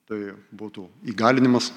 tai būtų įgalinimas